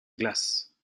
glace